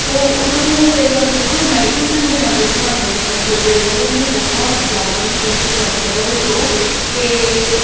ਉਹ ਉਹਨਾਂ ਨੂੰ ਕਈ ਵਾਰ ਲਿਕੁਇਡ ਨਾਈਟ੍ਰੋਜਨ ਦੇ ਨਾਲ਼ ਵੀ ਬਣਾਉਂਦੇ ਨੇ ਉਸ ਸ਼ੋਅ ਦੇ ਅੰਦਰ ਤਾਂ ਮੈਨੂੰ ਬਹੁਤ ਜ਼ਿਆਦਾ ਇੰਟਰਸਟਿੰਗ ਲੱਗਦਾ ਉਹ ਸ਼ੋਅ ਅਤੇ